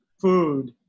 food